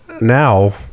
now